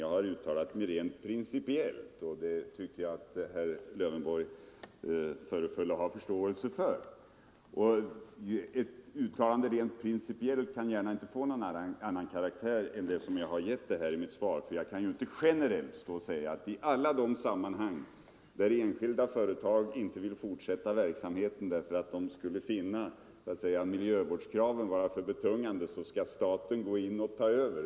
Jag har uttalat mig rent principiellt, och det tyckte jag att herr Lövenborg verkade ha förståelse för. Ett rent principiellt uttalande kan gärna inte få någon annan karaktär än den jag gett det i mitt svar. Jag kan ju inte generellt stå och säga att i alla de sammanhang där enskilda företag inte vill fortsätta verksamheten därför att de finner miljövårdskraven för betungande skall staten ta över.